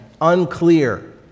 unclear